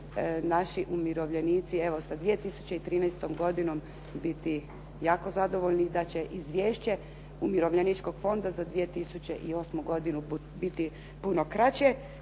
naši umirovljenici, evo sa 2013. godinom biti jako zadovoljni, da će izvješće umirovljeničkog fonda za 2008. godinu biti puno kraće.